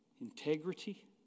integrity